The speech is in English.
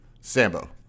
Sambo